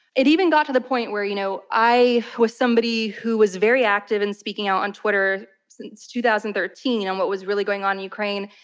it even got to the point where, you know, i was somebody who was very active in speaking out on twitter since two thousand and thirteen on what was really going on in ukraine,